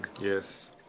Yes